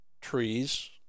trees